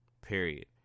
Period